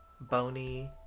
bony